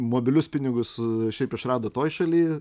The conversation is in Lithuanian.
mobilius pinigus šiaip išrado toj šaly